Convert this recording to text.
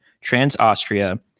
Trans-Austria